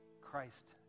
Christ